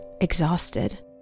exhausted